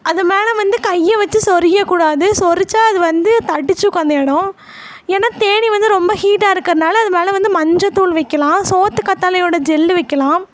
அது மேலே வந்து கைய வச்சு சொறியக்கூடாது சொறிச்சால் அது வந்து தண்டிச்சுக்கும் அந்த இடோம் ஏனா தேனீ வந்து ரொம்ப ஹீட்டாக இருக்கிறனால அது மேலே வந்து மஞ்சத்தூள் வைக்கலாம் சோற்றுக்கத்தாழை ஓட ஜெல்லு வைக்கலாம்